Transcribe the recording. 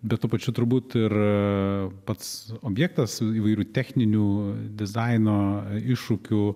bet tuo pačiu turbūt ir pats objektas su įvairių techninių dizaino iššūkių